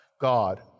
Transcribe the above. God